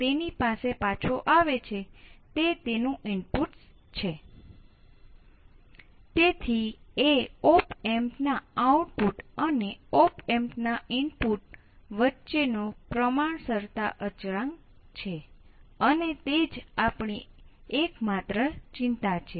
બીજા શબ્દોમાં કહીએ તો જો હું ગેઇન ની લાક્ષણિકતાઓ છે